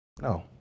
no